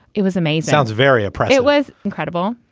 it was a made. sounds very upright. it was incredible.